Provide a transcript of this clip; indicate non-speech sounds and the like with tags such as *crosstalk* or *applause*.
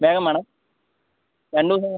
വേഗം വേണം രണ്ടു ദിവസായി *unintelligible*